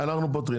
אנחנו פותרים.